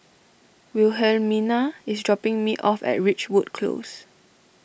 Wilhelmina is dropping me off at Ridgewood Close